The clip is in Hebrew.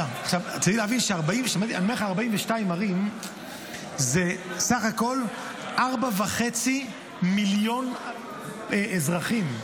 42 ערים זה סך הכול 4.5 מיליון אזרחים.